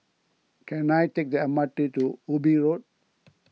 can I take the M R T to Ubi Road